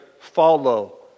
follow